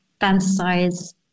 fantasize